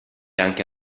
anche